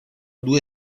due